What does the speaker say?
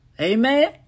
Amen